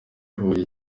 huye